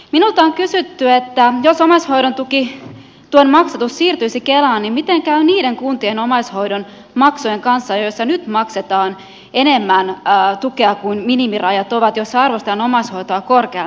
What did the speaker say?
minulta on kysytty että jos omaishoidon tuen maksatus siirtyisi kelaan miten käy omaishoidon maksujen kanssa niissä kunnissa joissa nyt maksetaan enemmän tukea kuin minimirajat ovat ja joissa arvostetaan omaishoitoa korkealle